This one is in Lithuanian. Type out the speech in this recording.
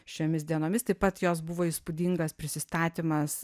šiomis dienomis taip pat jos buvo įspūdingas prisistatymas